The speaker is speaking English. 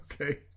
Okay